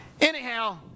Anyhow